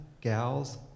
gals